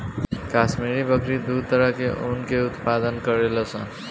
काश्मीरी बकरी दू तरह के ऊन के उत्पादन करेली सन